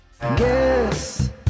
Guess